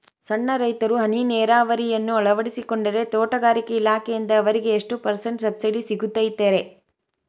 ಸಣ್ಣ ರೈತರು ಹನಿ ನೇರಾವರಿಯನ್ನ ಅಳವಡಿಸಿಕೊಂಡರೆ ತೋಟಗಾರಿಕೆ ಇಲಾಖೆಯಿಂದ ಅವರಿಗೆ ಎಷ್ಟು ಪರ್ಸೆಂಟ್ ಸಬ್ಸಿಡಿ ಸಿಗುತ್ತೈತರೇ?